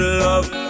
love